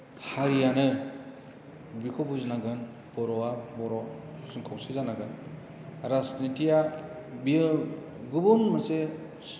हारिआनो बेखौ बुजिनांगोन बर'आ बर' जों खौसे जानांगोन राजनिथिया बियो गुबुन मोनसे